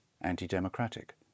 anti-democratic